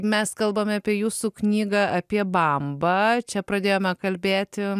mes kalbame apie jūsų knygą apie bambą čia pradėjome kalbėti